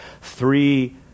three